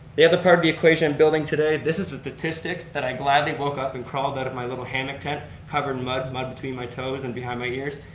the other part of the equation building today this is the statistic that i gladly woke up and crawled out of my little hammock tent, covered in mud, mud between my toes and behind my ears.